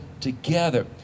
together